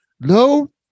no